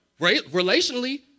Relationally